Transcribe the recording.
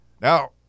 Now